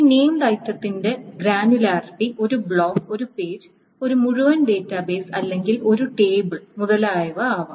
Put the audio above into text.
ഈ നേംഡ് ഐറ്റത്തിന്റെ ഗ്രാനുലാരിറ്റി ഒരു ബ്ലോക്ക് ഒരു പേജ് ഒരു മുഴുവൻ ഡാറ്റാബേസ് അല്ലെങ്കിൽ ഒരു ടേബിൾ മുതലായവ ആകാം